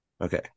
Okay